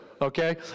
okay